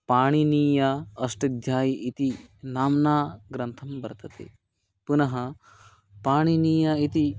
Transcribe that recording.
पाणिनीय अष्टध्यायी इति नाम्ना ग्रन्थं वर्तते पुनः पाणिनीय इति